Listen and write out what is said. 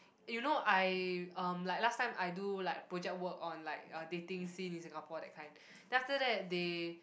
you know I um like last time I do like project work on like uh dating scene in Singapore that kind then after that they